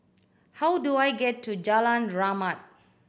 how do I get to Jalan Rahmat